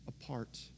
apart